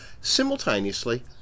Simultaneously